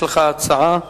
יש לך הצעה אחרת.